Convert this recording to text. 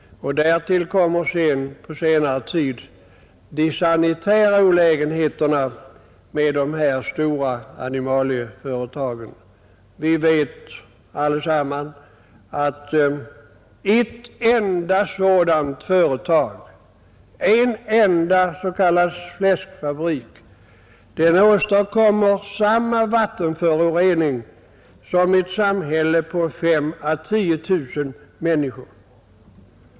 Därtill kommer de sanitära olägenheter som på senare tid uppstått genom de här stora animalieföretagen. Vi vet allesammans att ett enda sådant företag, en enda s.k. fläskfabrik, åstadkommer samma vattenförorening som ett samhälle med 5 000 å 10 000 människor.